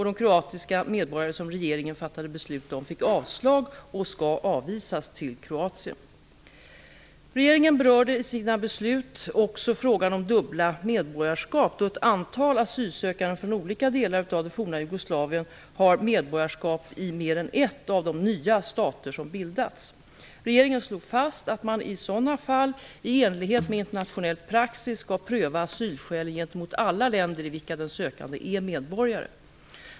De kroatiska medborgare som regeringen fattade beslut om fick avslag och skall avvisas till Kroatien. Regeringen berörde i sina beslut också frågan om dubbla medborgarskap, då ett antal asylsökande från olika delar av det forna Jugoslavien har medborgarskap i mer än en av de nya stater som bildats. Regeringen slog fast att man i sådana fall, i enlighet med internationell praxis, skall pröva asylskälen gentemot alla länder i vilka den sökande är medborgare.